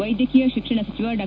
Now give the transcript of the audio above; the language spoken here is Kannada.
ವೈದ್ಯಕೀಯ ಶಿಕ್ಷಣ ಸಚಿವ ಡಾ